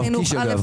שר חינוך א',